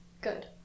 Good